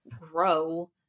grow